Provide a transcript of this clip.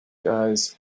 guys